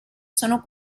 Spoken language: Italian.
sono